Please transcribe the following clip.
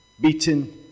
beaten